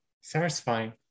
satisfying